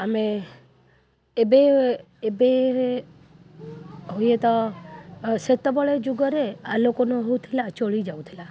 ଆମେ ଏବେ ହୁଏତ ସେତେବେଳେ ଯୁଗରେ ଆଲୋକ ନ ହଉଥିଲା ଚଳିଯାଉଥିଲା